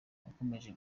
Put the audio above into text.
wakomeje